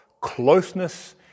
closeness